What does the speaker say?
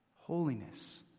Holiness